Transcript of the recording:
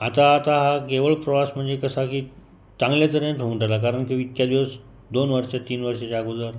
आता आता हा केवळ प्रवास म्हणजे कसा की चांगल्याच साठी होऊन राहिला कारण की इतक्या दिवस दोन वर्ष तीन वर्षाच्या अगोदर